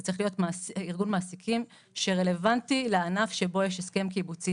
זה צריך להיות ארגון מעסיקים שרלוונטי לענף שבו יש הסכם קיבוצי.